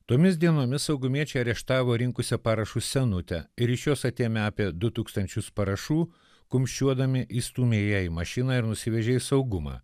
tomis dienomis saugumiečiai areštavo rinkusią parašus senutę ir iš jos atėmė apie du tūkstančius parašų kumščiuodami įstūmė ją į mašiną ir nusivežė į saugumą